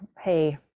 hey